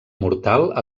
mortal